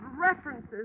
References